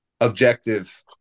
objective